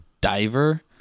Diver